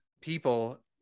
people